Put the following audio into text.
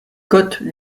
côtes